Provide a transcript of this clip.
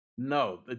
No